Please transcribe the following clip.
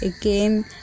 again